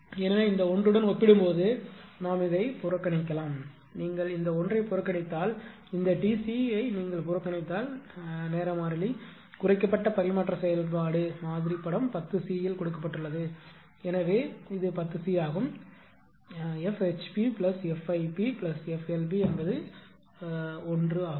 எனவே இந்த 1 உடன் ஒப்பிடும்போது நாம் இதை புறக்கணிக்கலாம் நீங்கள் இந்த 1 ஐ புறக்கணித்தால் இந்த T c ஐ நீங்கள் புறக்கணித்தால் நேர மாறிலி குறைக்கப்பட்ட பரிமாற்ற செயல்பாடு மாதிரி படம் 10 c இல் கொடுக்கப்பட்டுள்ளது ஏனெனில் இது 10 c ஆகும் F HPF IP F LP என்பது 1 ஆகும்